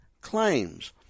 claims